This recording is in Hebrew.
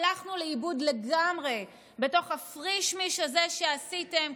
הלכנו לאיבוד לגמרי בתוך הפריש-מיש הזה שעשיתם,